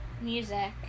music